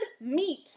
meat